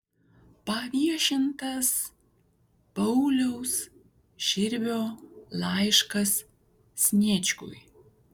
paviešintas pauliaus širvio laiškas sniečkui